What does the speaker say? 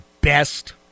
best